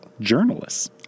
journalists